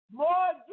more